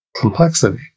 complexity